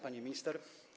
Pani Minister!